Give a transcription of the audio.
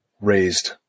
raised